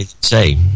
say